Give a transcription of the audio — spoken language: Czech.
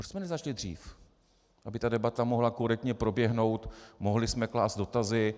Proč jsme nezačali dřív, aby ta debata mohla korektně proběhnout, mohli jsme klást dotazy.